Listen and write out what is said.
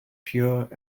pure